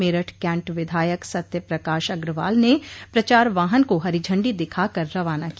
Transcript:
Meerut Cantt विधायक सत्य प्रकाश अग्रवाल ने प्रचार वाहन को हरी झंडी दिखा कर रवाना किया